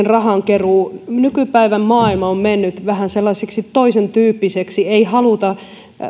rahankeruu nykypäivän maailma on mennyt vähän toisen tyyppiseksi ei haluta